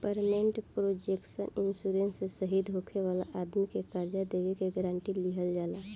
payment protection insurance से शहीद होखे वाला आदमी के कर्जा देबे के गारंटी दीहल जाला